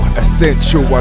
essential